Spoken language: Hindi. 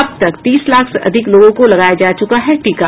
अब तक तीस लाख से अधिक लोगों को लगाया जा चुका है टीका